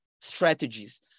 strategies